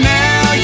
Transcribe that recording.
now